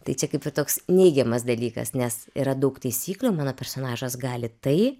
tai čia kaip ir toks neigiamas dalykas nes yra daug taisyklių mano personažas gali tai